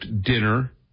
dinner